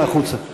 החוצה,